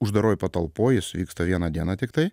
uždaroj patalpoj vyksta vieną dieną tiktai